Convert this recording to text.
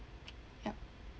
yup